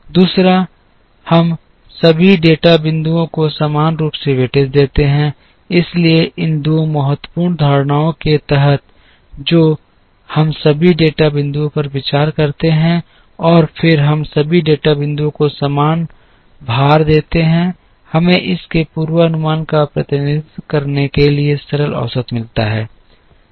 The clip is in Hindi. दूसरा हम सभी डेटा बिंदुओं को समान रूप से वेटेज देते हैं इसलिए इन दो महत्वपूर्ण धारणाओं के तहत जो हम सभी डेटा बिंदुओं पर विचार करते हैं और फिर हम सभी डेटा बिंदुओं को समान भार देते हैं हमें इस के पूर्वानुमान का प्रतिनिधित्व करने के लिए सरल औसत मिलता है